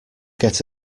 get